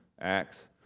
Acts